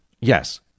Yes